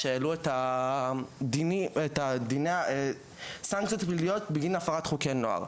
שהעלו את הסנקציות הפליליות בגין הפרת חוקי נוער.